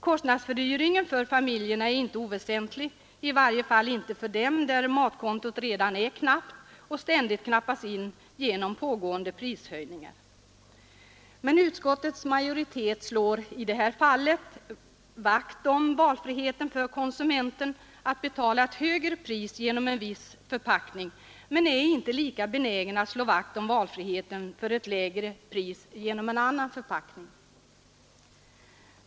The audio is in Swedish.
Kostnadsfördyringen för familjerna är inte oväsentlig, i varje fall inte för dem där matkontot redan är knappt och ständigt knappas in genom pågående prishöjningar. Men utskottets majoritet slår i det här fallet vakt om valfriheten för konsumenten att betala ett högre pris genom en viss förpackning, men är inte lika benägen att slå vakt om valfriheten för ett lägre pris genom en annan förpackning.